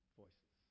voices